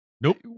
nope